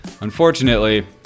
Unfortunately